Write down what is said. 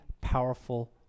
powerful